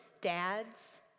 dads